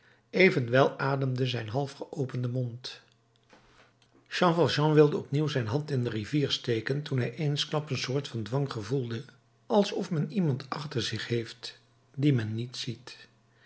evenwel ademde zijn half geopende mond jean valjean wilde opnieuw zijn hand in de rivier steken toen hij eensklaps een soort van dwang gevoelde alsof men iemand achter zich heeft dien men niet ziet